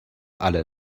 alle